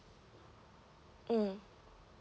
mm